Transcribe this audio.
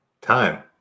time